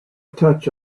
touch